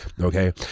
okay